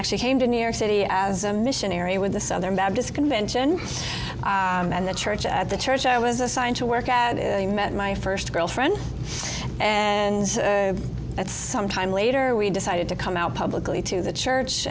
actually came to new york city as a missionary with the southern baptist convention and the church at the church i was assigned to work at the met my first girlfriend and at some time later we decided to come out publicly to the church